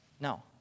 No